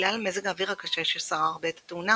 בגלל מזג האוויר הקשה ששרר בעת התאונה